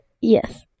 yes